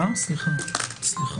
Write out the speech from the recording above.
הסעיף הבא